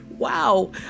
Wow